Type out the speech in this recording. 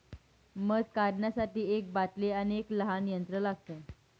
मध काढण्यासाठी एक बाटली आणि एक लहान यंत्र लागते